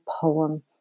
poem